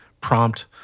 prompt